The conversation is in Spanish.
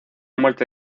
muerte